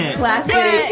classic